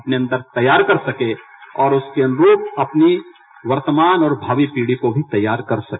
अपने अन्दर तैयार कर सके और उसके अनुरूप अपनी वर्तमान और मावी पीढ़ी को भी तैयार कर सके